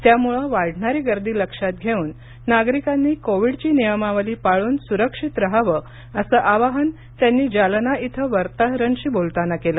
त्यामुळे वाढणारी गर्दी लक्षात घेऊन नागरिकांनी कोविडची नियमावली पाळून सुरक्षित रहावं असं आवाहन त्यांनी जालना इथं वार्ताहरांशी बोलताना केलं